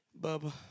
Bubba